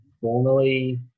formally